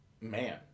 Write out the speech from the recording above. Man